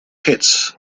hits